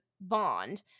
bond